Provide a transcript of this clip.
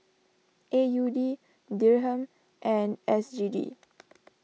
A U D Dirham and S G D